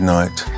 night